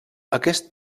aquest